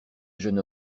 jeune